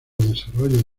desarrollo